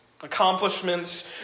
Accomplishments